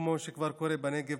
כמו שכבר קורה בנגב,